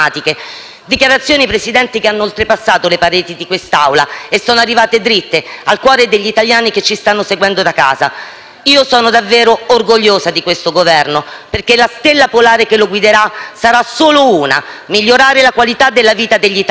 Dichiarazioni che hanno oltrepassato le pareti di quest'Aula e sono arrivate dritte al cuore degli italiani che ci stanno seguendo da casa. Sono davvero orgogliosa di questo Governo, perché la stella polare che lo guiderà sarà solo una: migliorare la qualità della vita degli italiani.